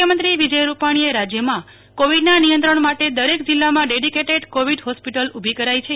મુખ્યમંત્રી વિજય રૂપાણીએ રાજયમાં કોવિડના નિયંત્રણ માટે દરક જિલ્લામાં ડેડીકેટેડ કોવિડ હોસ્પિટલ ઉભી કરાઈ છે